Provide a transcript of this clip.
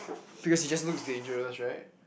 because it just looks dangerous right